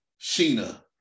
Sheena